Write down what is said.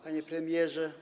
Panie Premierze!